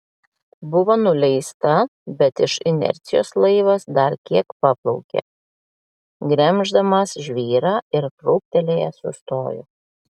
buvo nuleista bet iš inercijos laivas dar kiek paplaukė gremždamas žvyrą ir krūptelėjęs sustojo